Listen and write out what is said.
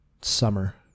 summer